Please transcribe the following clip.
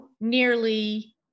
nearly